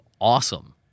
awesome